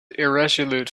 irresolute